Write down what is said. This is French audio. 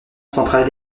centrale